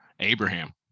Abraham